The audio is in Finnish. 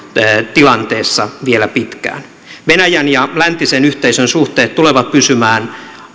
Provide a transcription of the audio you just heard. tilanteessa vielä pitkään venäjän ja läntisen yhteisön suhteet tulevat pysymään